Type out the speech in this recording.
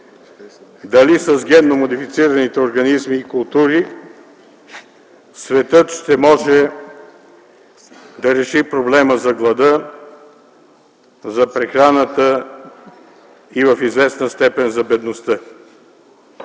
дали с генно модифицираните организми и култури светът ще може да реши проблема за глада, за прехраната и в известна степен за бедността?